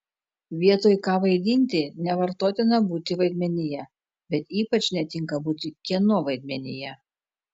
vietoj ką vaidinti nevartotina būti vaidmenyje bet ypač netinka būti kieno vaidmenyje